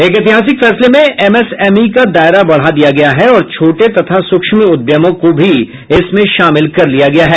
एक ऐतिहासिक फैसले में एमएसएमई का दायरा बढा दिया गया है और छोटे तथा सूक्ष्म उद्यमों को भी इसमें शामिल कर लिया गया है